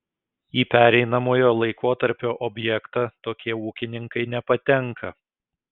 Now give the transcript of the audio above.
į pereinamojo laikotarpio objektą tokie ūkininkai nepatenka